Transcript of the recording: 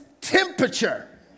temperature